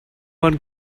one